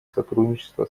сотрудничество